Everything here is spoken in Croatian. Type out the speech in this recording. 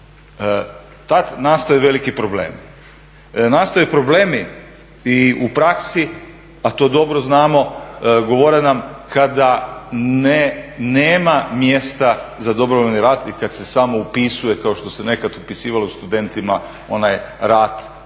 Tad nastaje veliki problema, nastaju problemi i u praksi a to dobro znamo, govore nam kada nema mjesta za dobrovoljni rad i kad se samo upisuje kao što se nekad upisivalo studentima onaj rad,